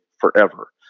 forever